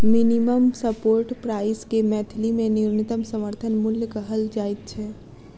minimum support price के मैथिली मे न्यूनतम समर्थन मूल्य कहल जाइत छै